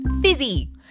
Fizzy